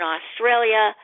Australia